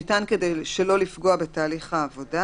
שניתן כדי שלא לפגוע בתהליך העבודה